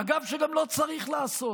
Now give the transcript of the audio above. אגב, שגם לא צריך לעשות.